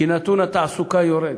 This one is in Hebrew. כי נתון התעסוקה יורד,